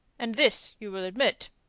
and this, you will admit,